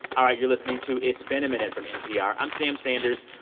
all right, you're listening to it's been a minute from npr. i'm sam sanders.